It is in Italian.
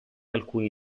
alcuni